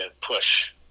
push